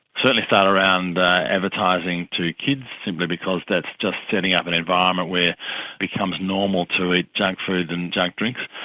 certainly start around advertising to kids, simply because that's just setting up an environment where it becomes normal to eat junk food and junk drinks.